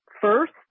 First